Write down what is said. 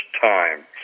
time